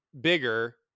bigger